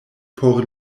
por